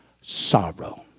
sorrow